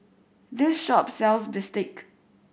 this shop sells Bistake